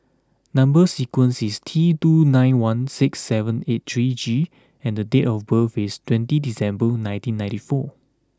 number sequence is T two nine one six seven eight three G and the date of birth is twenty December nineteen ninety four